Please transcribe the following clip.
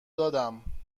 دادم